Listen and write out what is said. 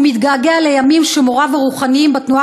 והוא מתגעגע לימים שמוריו הרוחניים בתנועה